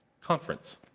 conference